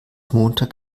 montag